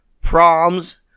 proms